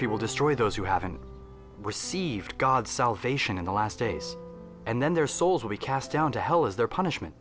will destroy those who haven't received god's salvation in the last days and then their souls will be cast down to hell is their punishment